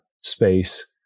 space